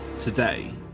today